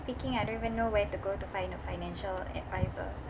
speaking I don't even know where to go to find a financial advisor